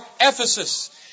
Ephesus